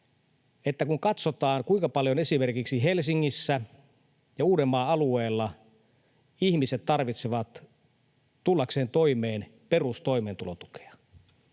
se, kuinka paljon esimerkiksi Helsingissä ja Uudenmaan alueella ihmiset tarvitsevat perustoimeentulotukea